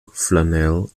flannel